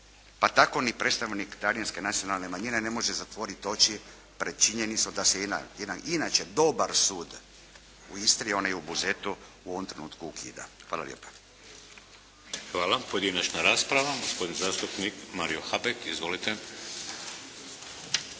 pa tako ni predstavnik talijanske nacionalne manjine ne može zatvoriti oči pred činjenicom da se jedan inače dobar sud u Istri onaj u Buzetu u ovom trenutku ukida. Hvala lijepa. **Šeks, Vladimir (HDZ)** Hvala. Pojedinačna rasprava. Gospodin zastupnik Mario Habek. Izvolite.